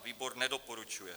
Výbor nedoporučuje.